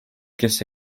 kes